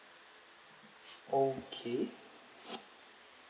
okay